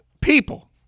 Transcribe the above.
People